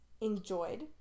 enjoyed